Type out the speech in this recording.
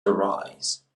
arise